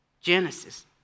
Genesis